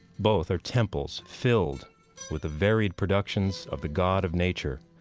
both are temples filled with the varied productions of the god of nature.